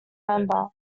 member